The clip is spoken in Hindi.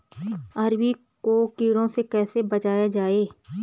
अरबी को कीटों से कैसे बचाया जाए?